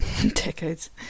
Decades